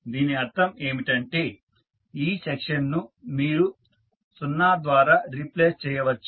దీని అర్థం ఏమిటంటే ఈ సెక్షన్ ను మీరు 0 ద్వారా రీప్లేస్ చేయవచ్చు